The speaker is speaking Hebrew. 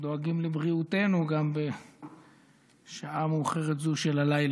שדואגים לבריאותנו גם בשעה מאוחרת זו של הלילה.